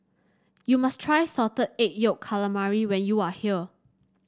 you must try Salted Egg Yolk Calamari when you are here